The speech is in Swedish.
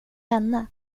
henne